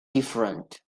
different